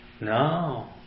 No